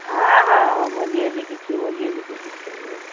हँ हँ मोदियेजीके छियै मोदियेजीके भोट देलियै